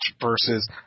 versus